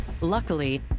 Luckily